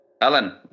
Alan